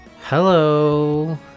hello